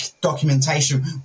documentation